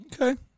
Okay